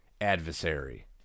adversary